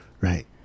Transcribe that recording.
Right